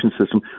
system